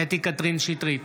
קטי קטרין שטרית,